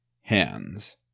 hands